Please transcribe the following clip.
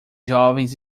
jovens